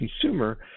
consumer